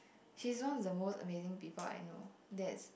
she's one of the most amazing people I know that's